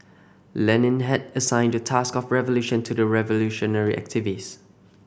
Lenin had assigned the task of revolution to the revolutionary activist